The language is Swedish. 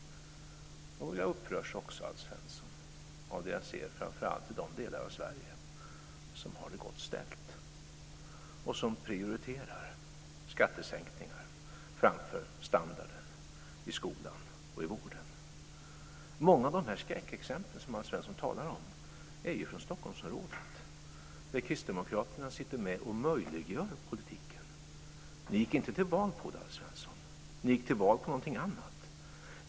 Jo, jag upprörs också av det jag ser, Alf Svensson, framför allt i de delar av Sverige som har det gott ställt och som prioriterar skattesänkningar framför standarden i skolan och vården. Många av de skräckexempel som Alf Svensson talar om är från Stockholmsområdet. Där sitter kristdemokraterna med och möjliggör politiken. Ni gick inte till val på det, Alf Svensson, utan på något annat.